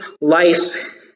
life